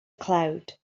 cloud